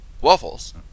waffles